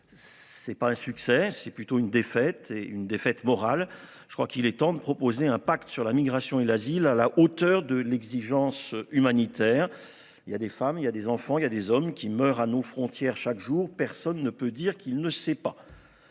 C'est pas un succès, c'est plutôt une défaite est une défaite morale. Je crois qu'il est temps de proposer un pacte sur la migration et l'asile à la hauteur de l'exigence humanitaire. Il y a des femmes, il y a des enfants il y a des hommes qui meurent à nos frontières chaque jour personne ne peut dire qu'il ne sait pas.